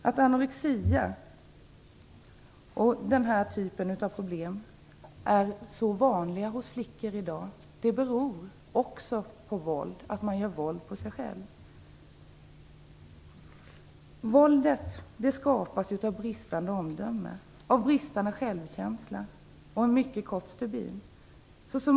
Att anorexi och den typen av problem är så vanliga hos flickor i dag beror också på våld, att man gör våld på sig själv. Våldet skapas av bristande omdöme, bristande självkänsla och en mycket kort stubin.